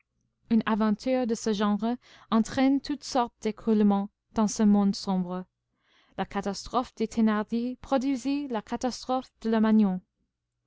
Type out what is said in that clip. une aventure de ce genre entraîne toutes sortes d'écroulements dans ce monde sombre la catastrophe des thénardier produisit la catastrophe de